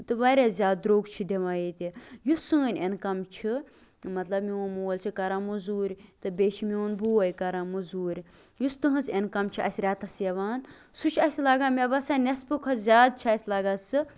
تہٕ واریاہ زیادٕ دروٚگ چھِ دِوان ییٚتہِ یُس سٲنۍ اِنَکم چھِ مطلب میون مول چھُ کران موزوٗرۍ تہٕ بیٚیہِ چھُ میون بوے کران موزوٗرۍ یُس تِہٕنز اِنکَم چھےٚ اَسہِ یِوان سُہ چھُ اسہِ لگان مےٚ باسان نیصفہٕ کھۄتہٕ زیادٕ چھُ اَسہِ لگان سُہ